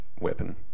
weapon